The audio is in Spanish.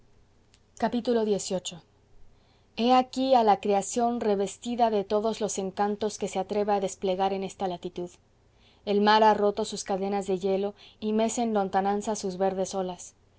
fantástico xviii he aquí a la creación revestida de todos los encantos que se atreve a desplegar en esta latitud el mar ha roto sus cadenas de hielo y mece en lontananza sus verdes olas